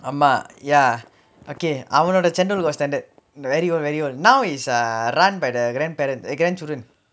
ஆமா:aamaa ya okay அவனோட:avanoda chendol was standard very old very old now is ah run by grandparent